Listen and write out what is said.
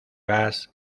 gas